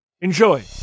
Enjoy